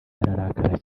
ararakara